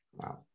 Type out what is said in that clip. Wow